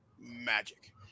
magic